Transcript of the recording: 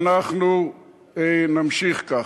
ואנחנו נמשיך כך.